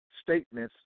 statements